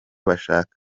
bashaka